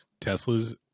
Teslas